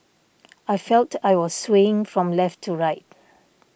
I felt I was swaying from left to right